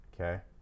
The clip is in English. Okay